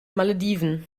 malediven